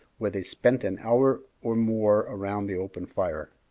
where they spent an hour or more around the open fire.